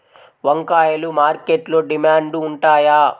వంకాయలు మార్కెట్లో డిమాండ్ ఉంటాయా?